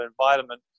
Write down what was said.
environment